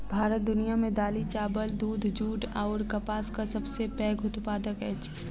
भारत दुनिया मे दालि, चाबल, दूध, जूट अऔर कपासक सबसे पैघ उत्पादक अछि